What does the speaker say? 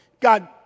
God